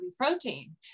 protein